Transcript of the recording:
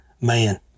man